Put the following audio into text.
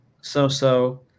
so-so